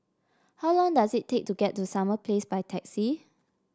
how long does it take to get to Summer Place by taxi